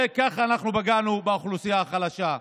ככה אנחנו פגענו באוכלוסייה החלשה.